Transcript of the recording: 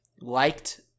liked